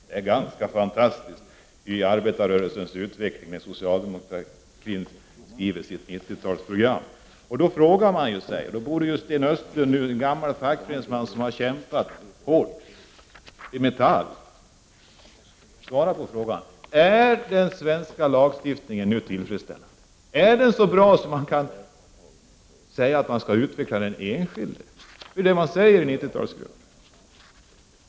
Det är ganska fantastiskt att se hur arbetarrörelsen har utvecklats i socialdemokratins 90-talsprogram! Jag frågar då Sten Östlund, som är gammal fackföreningsman och som har kämpat hårt i Metall: Är den svenska lagstiftningen nu tillfredsställande? Är den så bra att man kan säga att man skall utveckla den enskilde? Det är ju det som 90-talsgruppen säger.